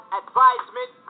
advisement